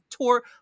tour